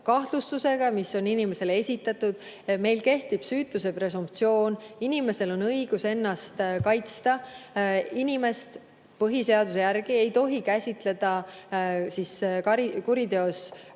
kahtlustusega, mis on inimesele esitatud. Meil kehtib süütuse presumptsioon. Inimesel on õigus ennast kaitsta. Põhiseaduse järgi ei tohi inimest käsitada kuriteos